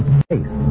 space